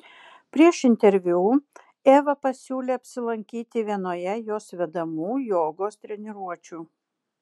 prieš interviu eva pasiūlė apsilankyti vienoje jos vedamų jogos treniruočių